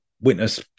witness